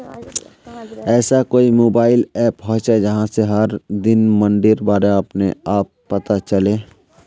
ऐसा कोई mobile app होचे जहा से हर दिन मंडीर बारे अपने आप पता चले?